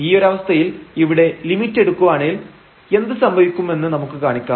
ഈ ഒരവസ്ഥയിൽ ഇവിടെ ലിമിറ്റ് എടുക്കുവാണേൽ എന്ത് സംഭവിക്കും എന്ന് നമുക്ക് കാണിക്കാം